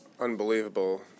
unbelievable